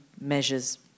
measures